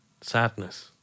sadness